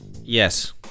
yes